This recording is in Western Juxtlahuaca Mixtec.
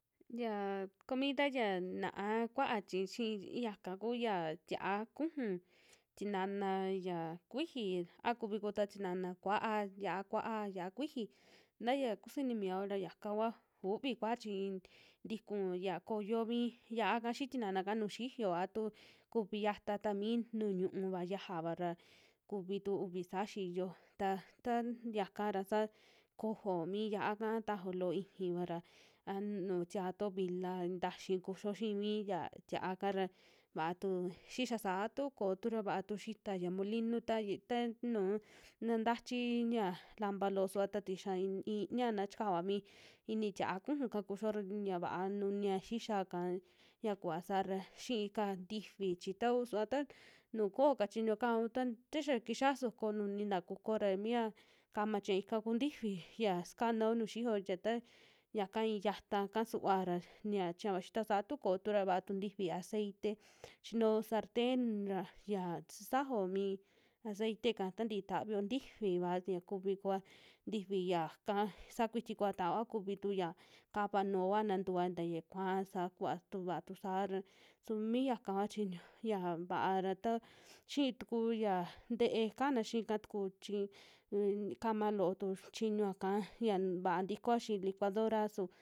Yia comida ya naa kuaa chi xiiya'ka kuya tia'a kuju tinana, ya kuiji a kuvi ku tua tinana kua'a, yia'a kua'a, yia'a kuiji ta ya kusiniyo ra yaka kua uvi kua chii tiku ya koyo mi xia'aka xii tinana'ka nu xiyo a tu kuvi xiata ta mii nuu ñu'uva xiajava ra kuvitu uvi saa xiyo, ta tan yaka ra ka kojo mi yia'aka tajao loo iixiva ra anu tiato vila, taxi kuxio xii miya tia'aka ra va'a tu xixia saa tu kotu ra vaatu xita ya molinu ta ye ta nuu na tachi ya lampa loo suva'ta tixia an ii inia na chikaoa mi ini tia'a kuju'ka kuxio ra ya vaa nunia xixia'ka yakuva saa ra, xiika ntifi chi tau suva ta nu ko'o kachioka un ta tixa kixia soko nunita kukuo ra mia kama chia ika ku ntifi xia sakanao nu xiyo ya ta yaka ii yataka suva ra xia chiña vaa xixitua saa, tukotu ra vaa tu ntifi aceite chinuo sarten ra, xia sisajao mi aceite'ka tantii tavi ntifi'va ya kuvi kua, tifi yaka saa kuiti kua tao a kuvitu kava nuoa na ntua taya kua'a sakua tu vaa tusa, su mi yaka chiñu ya vaa ra ta xiituku ya te'e kantu yii'ka tuku chi in kama loo tu chiñuaka xia vaa tikoa xii licuadora su.